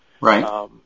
Right